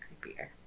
creepier